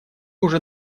уже